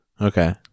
Okay